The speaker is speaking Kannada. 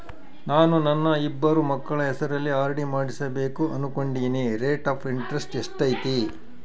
ನಾನು ನನ್ನ ಇಬ್ಬರು ಮಕ್ಕಳ ಹೆಸರಲ್ಲಿ ಆರ್.ಡಿ ಮಾಡಿಸಬೇಕು ಅನುಕೊಂಡಿನಿ ರೇಟ್ ಆಫ್ ಇಂಟರೆಸ್ಟ್ ಎಷ್ಟೈತಿ?